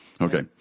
Okay